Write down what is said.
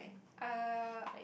uh